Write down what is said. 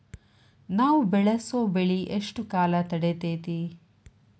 ನಾವು ಬೆಳಸೋ ಬೆಳಿ ಎಷ್ಟು ಕಾಲ ತಡೇತೇತಿ?